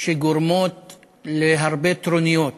שגורמות להרבה טרוניות